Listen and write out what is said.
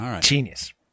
genius